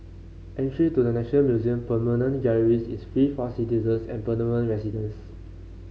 entry to the National Museum permanent galleries is free for citizens and permanent residents